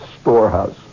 storehouse